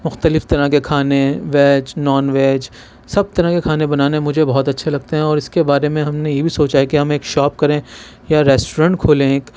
مختلف طرح کے کھانے ویج نانویج سب طرح کے کھانے بنانے مجھے بہت اچھے لگتے ہیں اور اس کے بارے میں ہم نے یہ بھی سوچا ہے کہ ہم ایک شاپ کریں یا ریسٹورنٹ کھولیں ایک